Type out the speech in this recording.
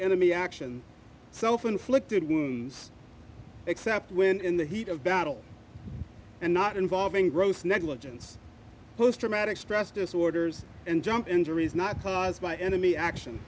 enemy action self inflicted wounds except when in the heat of battle and not involving gross negligence posttraumatic stress disorders and jump injuries not caused by enemy action